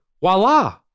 voila